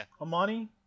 Amani